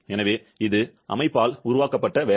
எனவே இது அமைப்பால் உருவாக்கப்பட்ட வேலை